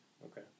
Okay